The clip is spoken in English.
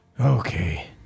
Okay